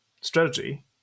strategy